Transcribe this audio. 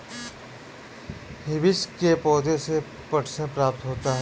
hibiscus के पौधे से पटसन प्राप्त होता है